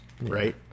right